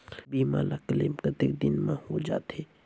बीमा ला क्लेम कतेक दिन मां हों जाथे?